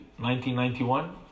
1991